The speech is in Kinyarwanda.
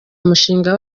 umushinga